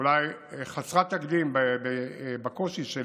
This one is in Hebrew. אולי חסרת תקדים בקושי שלה,